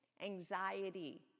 Anxiety